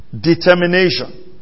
Determination